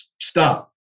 stop